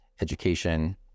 education